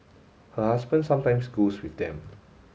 her husband sometimes goes with them